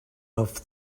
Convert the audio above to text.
off